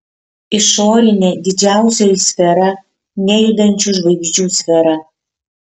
išorinė didžiausioji sfera nejudančių žvaigždžių sfera